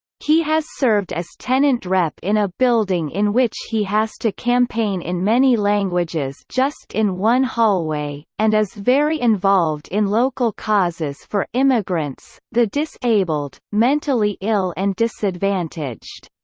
he has served as tenant rep in a building in which he has to campaign in many languages just in one hallway, and is very involved in local causes for immigrants, the disabled, mentally ill and disadvantaged.